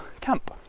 camp